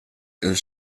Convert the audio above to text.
els